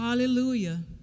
Hallelujah